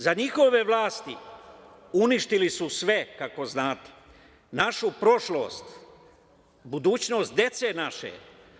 Za njihove vlasti uništili su sve, kako znate, našu prošlost, budućnost dece naše.